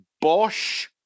Bosch